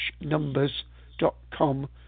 numbers.com